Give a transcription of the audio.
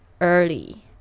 early